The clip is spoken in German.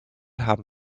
haben